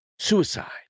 Suicide